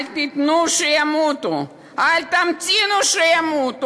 אל תיתנו שימותו, אל תמתינו שימותו.